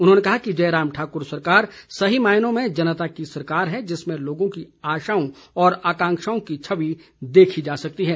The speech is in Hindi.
उन्होंने कहा कि जयराम ठाकुर सरकार सही मायनों में जनता की सरकार है जिसमें लोगों की आशाओं और आकांक्षाओं की छवि देखी जा सकती है